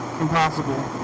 impossible